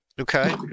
okay